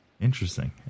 Interesting